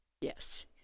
Yes